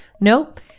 nope